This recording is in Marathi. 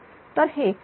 तर हे 307